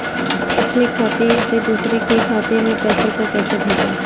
अपने खाते से दूसरे के खाते में पैसे को कैसे भेजे?